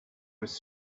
was